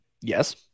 Yes